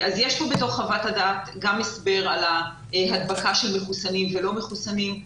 בתוך חוות הדעת יש גם הסבר על ההדבקה של מחוסנים ולא מחוסנים.